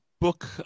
book